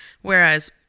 Whereas